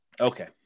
Okay